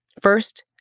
First